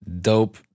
dope